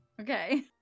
okay